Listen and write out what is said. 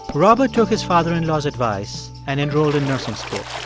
but robert took his father-in-law's advice and enrolled in nursing school.